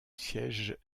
siège